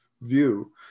view